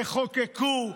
תחוקקו,